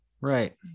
Right